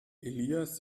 elias